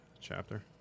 Chapter